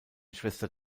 schwester